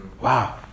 Wow